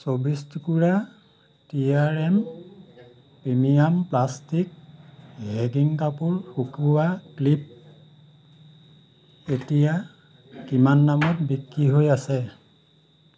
চৌবিছ টুকুৰা টি R M premium plastic hanging কাপোৰ শুকুওৱা ক্লিপ এতিয়া কিমান দামত বিক্ৰী হৈ আছে